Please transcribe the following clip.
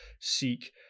seek